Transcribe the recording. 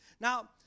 now